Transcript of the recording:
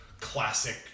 classic